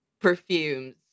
perfumes